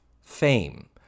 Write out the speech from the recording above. Fame